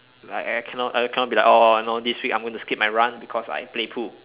like I cannot I cannot be like orh you know this week I'm going to skip my run because I play pool